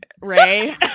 Ray